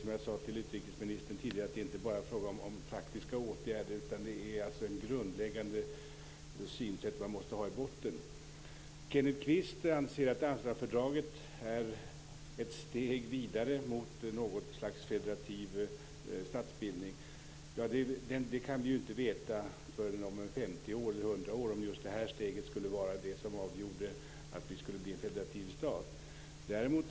Som jag sade till utrikesministern tidigare är det inte bara fråga om praktiska åtgärder, utan om att man måste ha ett grundläggande synsätt i botten. Kenneth Kvist anser att Amsterdamfördraget är ett steg vidare mot något slags federativ statsbildning. Inte förrän om 50 eller 100 år kan vi veta om just det här steget avgjorde om vi skulle bli en federativ stat.